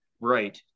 Right